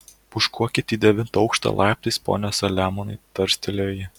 pūškuokit į devintą aukštą laiptais pone saliamonai tarstelėjo ji